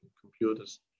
Computers